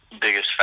biggest